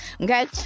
okay